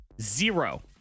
Zero